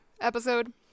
episode